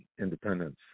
independence